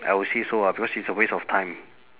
I will say so ah because it's a waste of time